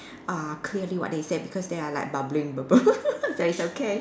err clearly what they say they are like bubbling bubble that is okay